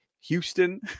Houston